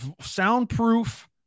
soundproof